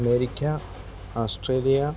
America Australia